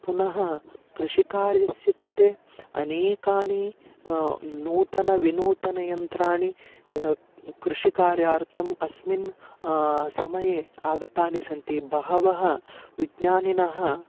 पुनः कृषिकार्यस्य कृते अनेकानि नूतनविनूतनयन्त्राणि कृषिकार्यार्थं अस्मिन् समये आगतानि सन्ति बहवः विज्ञानिनः